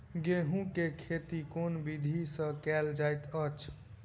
गेंहूँ केँ खेती केँ विधि सँ केल जाइत अछि?